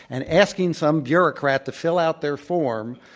and asking some bureaucrat to fill out their form,